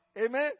Amen